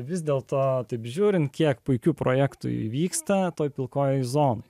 vis dėl to taip žiūrint kiek puikių projektų įvyksta toje pilkojoje zonoje